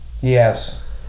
Yes